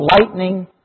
lightning